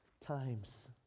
Times